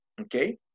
okay